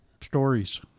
stories